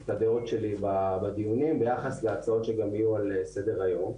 את הדעות שלי בדיונים ביחס להצעות שגם יהיו על סדר היום.